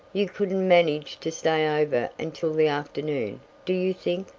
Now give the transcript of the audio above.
you couldn't manage to stay over until the afternoon, do you think?